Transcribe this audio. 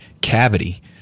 cavity